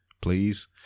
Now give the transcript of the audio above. please